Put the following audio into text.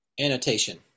Annotation